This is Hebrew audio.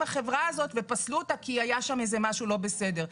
החברה הזאת ופסלו אותה כי היה שם משהו לא בסדר.